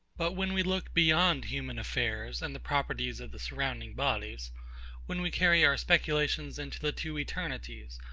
but when we look beyond human affairs and the properties of the surrounding bodies when we carry our speculations into the two eternities,